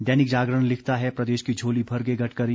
दैनिक जागरण लिखता है प्रदेश की झोली भर गए गडकरी